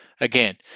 Again